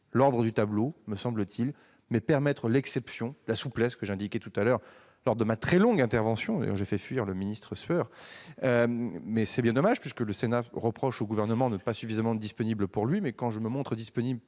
l'ordre du tableau, tout en permettant l'exception, la souplesse que j'indiquais tout à l'heure lors de ma très longue intervention. D'ailleurs, j'ai fait fuir le ministre Sueur, ce qui est bien dommage. Le Sénat reproche au Gouvernement de ne pas être suffisamment disponible pour lui, mais, quand je me montre disponible